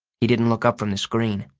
he didn't look up from the screen.